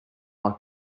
like